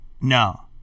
No